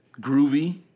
Groovy